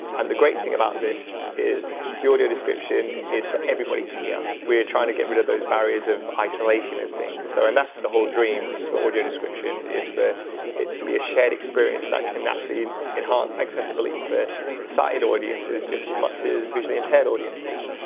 and the great thing about this is the audio description is for everybody to hear, we're trying to get rid of those barriers of isolation and things. so and that's the whole dream for audio description is for it to be a shared experience that can actually enhance accessibility for sighted audiences, just as much as visually impaired audiences.